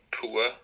poor